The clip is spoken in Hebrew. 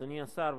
אדוני השר,